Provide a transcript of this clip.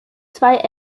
zwei